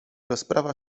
rozprawa